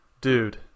dude